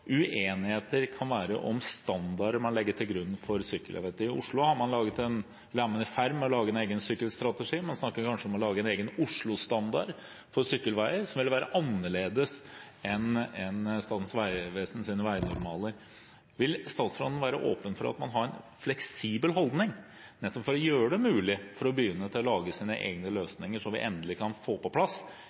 man i ferd med å lage en egen sykkelstrategi. Man snakker om kanskje å lage en egen Oslo-standard for sykkelveier, som vil være annerledes enn Statens vegvesens veinormaler. Vil statsråden være åpen for at man har en fleksibel holdning, nettopp for å gjøre det mulig for byene å lage sine egne løsninger, så vi endelig kan få på plass